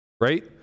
right